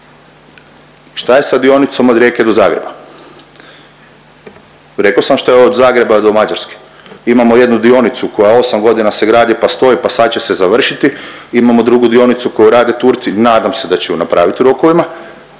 šta je sa dionicom od Rijeke do Zagreba? Rekao sam što je od Zagreba do Mađarske, imamo jednu dionicu koja 8 godina se gradi pa stoji pa sad će se završiti, imamo drugu dionicu koju rade Turci, nadam se da će ju napravit u rokovima,